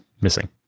missing